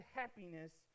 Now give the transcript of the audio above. happiness